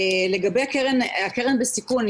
לגבי הקרן לעסקים בסיכון,